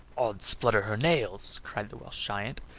ods splutter hur nails! cried the welsh giant,